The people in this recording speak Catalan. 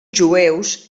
jueus